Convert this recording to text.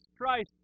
Christ